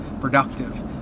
productive